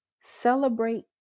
Celebrate